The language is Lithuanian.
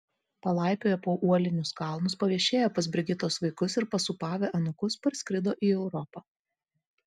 palaipioję po uolinius kalnus paviešėję pas brigitos vaikus ir pasūpavę anūkus parskrido į europą